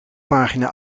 pagina